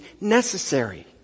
necessary